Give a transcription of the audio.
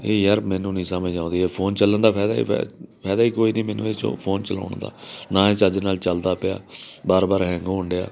ਨਹੀਂ ਯਾਰ ਮੈਨੂੰ ਨਹੀਂ ਸਮਝ ਆਉਂਦੀ ਇਹ ਫੋਨ ਚੱਲਣ ਦਾ ਫਾਇਦਾ ਹੀ ਫੈਦ ਫਾਇਦਾ ਹੀ ਕੋਈ ਨਹੀਂ ਮੈਨੂੰ ਇਹ 'ਚੋਂ ਫੋਨ ਚਲਾਉਣ ਦਾ ਨਾ ਇਹ ਚੱਜ ਨਾਲ ਚੱਲਦਾ ਪਿਆ ਬਾਰ ਬਾਰ ਹੈਂਗ ਹੋਣ ਡਿਆ